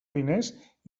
diners